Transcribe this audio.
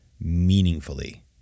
meaningfully